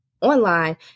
online